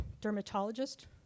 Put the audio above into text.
dermatologist